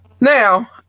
Now